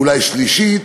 אולי שלישית,